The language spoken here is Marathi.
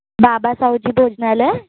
बाबा सावजी भोजनालय